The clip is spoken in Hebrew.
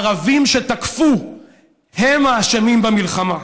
הערבים שתקפו הם האשמים במלחמה.